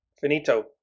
Finito